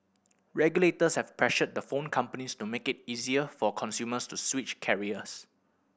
regulators have pressured the phone companies to make it easier for consumers to switch carriers